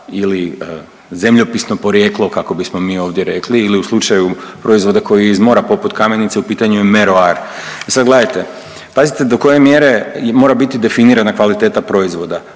ili zemljopisno porijeklo kako bismo mi ovdje rekli ili u slučaju proizvoda koji je iz mora poput kamenice u pitanju je meroar. I sad gledajte pazite do koje mjere mora biti definirana kvaliteta proizvoda.